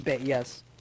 yes